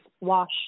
wash